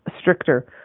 stricter